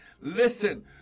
listen